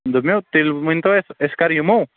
دوٚپمو تیٚلہِ ؤنۍتَو اَسہِ أسی کر یِمو